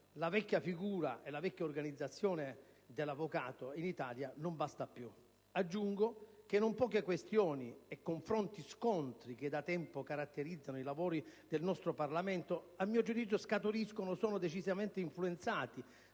la vecchia figura e la vecchia organizzazione dell'avvocato in Italia non bastano più. Aggiungo che non poche questioni e confronti/scontri che da tempo caratterizzano i lavori del Parlamento, a mio giudizio scaturiscono o sono decisamente influenzati,